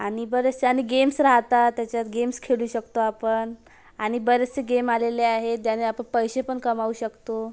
आणि बरेचसे आणि गेम्स राहतात त्याच्यात गेम्स खेळू शकतो आपण आणि बरेचसे गेम आलेले आहेत त्याने आपण पैसे पण कमावू शकतो